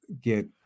get